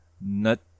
nut